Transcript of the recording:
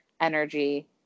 energy